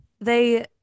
They-